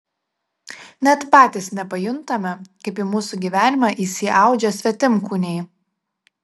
net patys nepajuntame kaip į mūsų gyvenimą įsiaudžia svetimkūniai